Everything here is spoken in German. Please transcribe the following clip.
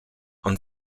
und